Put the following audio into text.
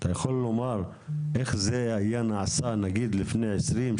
אתה יוכל לומר איך זה היה נעשה נגיד לפני 20,